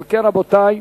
אם כן, רבותי,